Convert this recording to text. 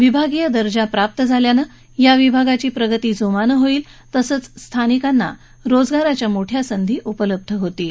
विभागीय दर्जा प्राप्त झाल्यानं या विभागाची प्रगती जोमानं होईल तसंच स्थानिकांना रोजगाराच्या मोठ्या संधी उपलब्ध होतील